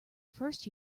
first